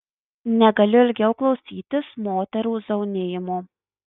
negaliu ilgiau klausytis moterų zaunijimo